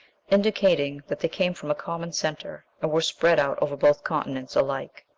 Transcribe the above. indicating that they came from a common centre, and were spread out over both continents alike.